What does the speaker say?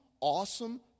awesome